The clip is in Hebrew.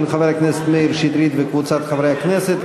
של חבר הכנסת מאיר שטרית וקבוצת חברי הכנסת,